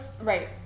Right